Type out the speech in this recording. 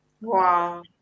wow